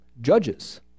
Judges